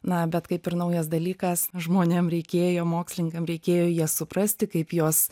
na bet kaip ir naujas dalykas žmonėm reikėjo mokslininkam reikėjo jas suprasti kaip jos